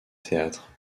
théâtre